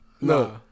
No